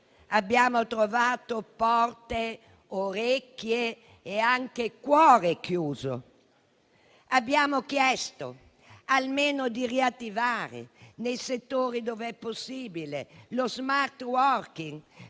Abbiamo trovato porte, orecchie e anche cuore chiusi. Abbiamo chiesto almeno di riattivare, nei settori dove è possibile, lo *smart working*,